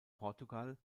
portugal